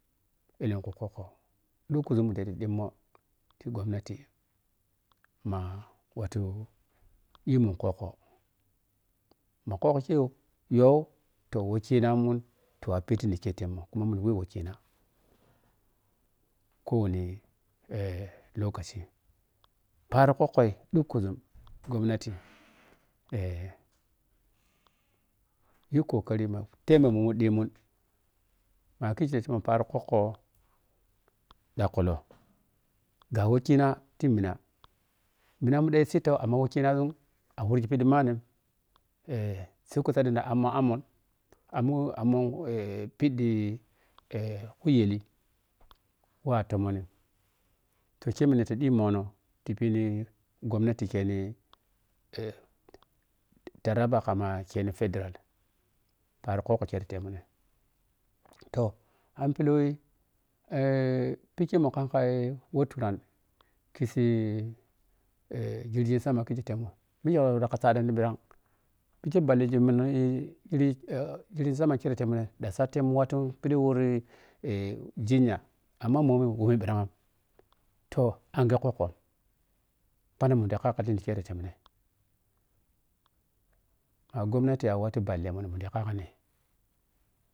Ɛlɛkau kwalleko ɗhukuȝun ni ɗhita ɗhimmema ti gomnati ma wattu yi mun kwukko mo kwukko khei yo toh wekinanun ti watili pheti kuma muri we wekina kowani eh lokaci paari kwukkoi ɗhug kuȝum gomnati eh yi kokarima temmoh mun muɗɗiimun ma kyikei paari khukko ɗhakull ga wɛ kina timana manamu ɗa yi ɛittau amma wɛ kinaȝun awyrghi ɓhiɗhi manni eh sai kusama ammah mu amun eh kuyel wɛ atommoni kye mile ta ɗhima ti philli gomnati kheni eh taraba khama fedral paari kwukko kyei ti temineh toh amohlli eh phikye mu kham ka wɔ turan khissii jirgin sama kheji temmoh mikye ka wattuh saɗe ni bhirag bhikye ɓhallighe mun eh jirgin sama khirei mine ɗan satemun ti phiɗi wɔr eh jinya amma a mɔmun ɗam toh anghaa kwukka phanang mun da kyacho kere temine ma gommati a wattuh bhallemun mu ɗhika ni.